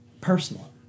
personal